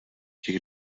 těch